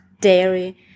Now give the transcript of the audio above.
dairy